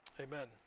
Amen